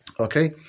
Okay